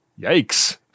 yikes